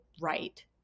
right